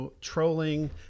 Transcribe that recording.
trolling